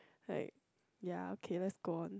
like ya K just go on